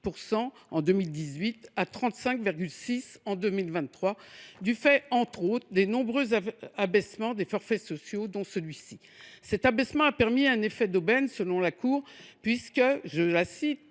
en 2018 à 35,6 % en 2023, du fait entre autres des nombreux abaissements des forfaits sociaux, dont celui ci. Cet abaissement a eu un effet d’aubaine, selon la Cour, puisque « parmi